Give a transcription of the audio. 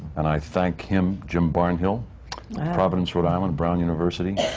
and i thank him, jim barnhill of providence, rhode island, brown university,